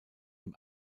dem